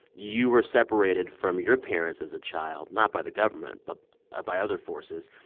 you were separated from your parents as a child, not by the government but ah by other forces.